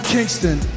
Kingston